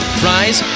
fries